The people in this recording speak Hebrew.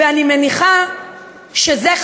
אני מניחה שזה,